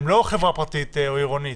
הם לא חברה פרטית או עירונית?